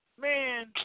Man